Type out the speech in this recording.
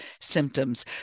symptoms